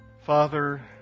Father